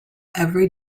every